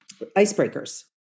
icebreakers